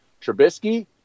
Trubisky